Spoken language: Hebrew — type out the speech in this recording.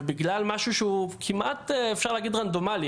ובכלל משהו שהוא כמעט אפשר להגיד רנדומלי,